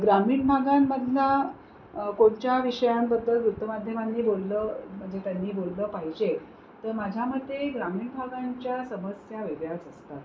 ग्रामीण भागांमधला कोणत्या विषयांबद्दल वृत्तमाध्यमांनी बोललं म्हणजे त्यांनी बोललं पाहिजे तर माझ्या मते ग्रामीण भागांच्या समस्या वेगळ्याच असतात